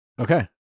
Okay